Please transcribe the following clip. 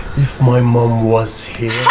if my mom was here.